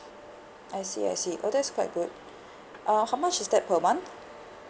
I see I see oh that's quite good uh how much is that per month